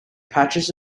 patches